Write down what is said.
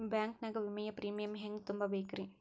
Bank ನಾಗ ವಿಮೆಯ premium ಹೆಂಗ್ ತುಂಬಾ ಬೇಕ್ರಿ?